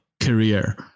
career